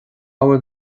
bhfuil